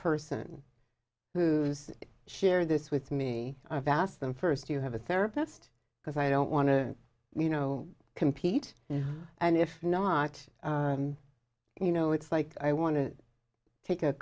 person who's shared this with me i've asked them first do you have a therapist because i don't want to you know compete and if not you know it's like i want to take